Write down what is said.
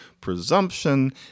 presumption